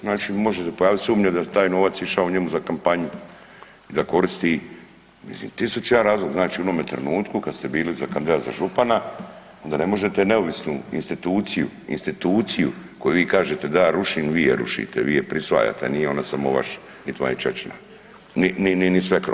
Znači može se pojaviti sumnja da je taj novac išao njemu za kampanju i da koristi mislim tisuću i jedan razlog, znači u onome trenutku kada ste bili kandidat za župana onda ne možete neovisnu instituciju, instituciju koju vi kažete da ja rušim, vi je rušite, vi je prisvajate, nije ona samo vaša niti vam je ćaćina ni svekrva.